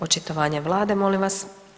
Očitovanje vlade molim vas.